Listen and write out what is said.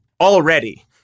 already